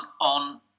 on